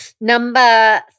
Number